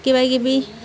কিবা কিবি